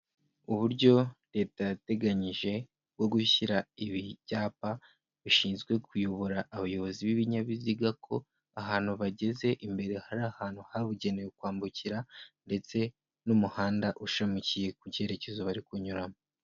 Uburyo leta yateganyije bwo gushyira ibyapa bishinzwe kuyobora abayobozi b'ibinyabiziga ko ahantu bageze imbere hari ahantu habugenewe kwambukira ndetse n'umuhanda ushamikiye ku cyerekezo bari kunyuramo.